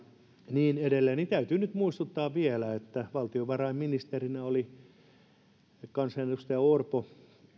niin edelleen täytyy nyt muistuttaa vielä että sillä kaudella valtiovarainministerinä oli kansanedustaja orpo